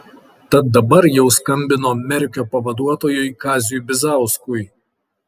tad dabar jau skambino merkio pavaduotojui kaziui bizauskui